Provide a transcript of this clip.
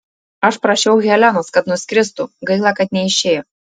aš prašiau helenos kad nuskristų gaila kad neišėjo